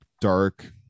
dark